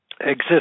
exist